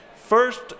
First